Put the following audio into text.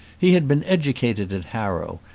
he had been educated at harrow,